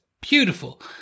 beautiful